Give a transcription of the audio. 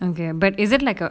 okay but is it like a